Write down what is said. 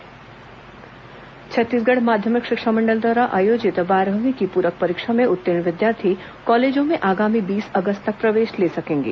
college प्रवेश छत्तीसगढ़ माध्यमिक शिक्षा मंडल द्वारा आयोजित बारहवीं की पूरक परीक्षा में उत्तीर्ण विद्यार्थी कॉलेजों में आगामी बीस अगस्त तक प्रवेश ले सकेंगे